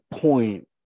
point